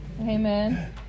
Amen